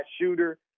shooter